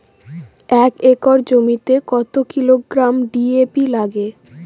এক একর জমিতে কত কিলোগ্রাম ডি.এ.পি লাগে?